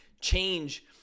change